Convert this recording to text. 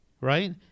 right